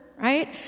right